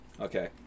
Okay